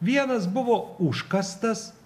vienas buvo užkastas